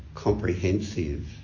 comprehensive